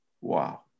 Wow